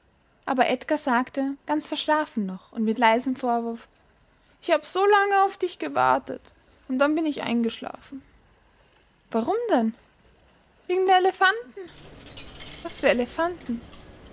aber edgar sagte ganz verschlafen noch und mit leisem vorwurf ich habe so lange auf dich gewartet und dann bin ich eingeschlafen warum denn wegen der elefanten was für elefanten